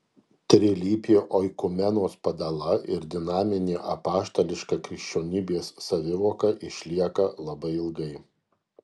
trilypė oikumenos padala ir dinaminė apaštališka krikščionybės savivoka išlieka labai ilgai